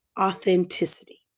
authenticity